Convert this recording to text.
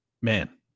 Man